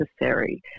necessary